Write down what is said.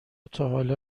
تاحالا